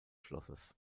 schlosses